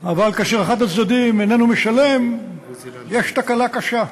אבל כאשר אחד הצדדים איננו משלם יש תקלה קשה,